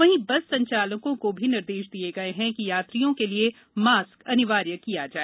वहीं बस संचालकों को भी निर्देश दिये गये हैं कि यात्रियों के लिए मास्क अनिवार्य किया जाए